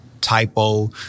Typo